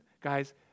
guys